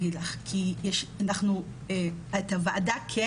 כרגע מי שמוביל את התהליך ופורום,